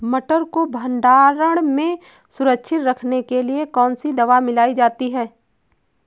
मटर को भंडारण में सुरक्षित रखने के लिए कौन सी दवा मिलाई जाती है?